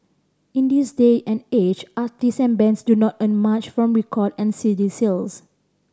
in this day and age artists and bands do not earn much from record and C D sales